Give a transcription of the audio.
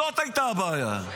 זאת הייתה הבעיה.